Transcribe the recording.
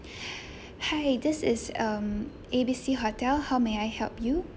hi this is um A B C hotel how may I help you